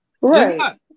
right